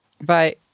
bye